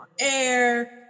air